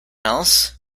else